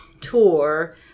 tour